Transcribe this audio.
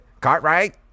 Cartwright